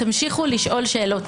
תמשיכו לשאול שאלות.